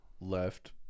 left